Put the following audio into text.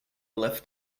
left